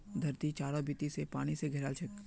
धरती चारों बीती स पानी स घेराल छेक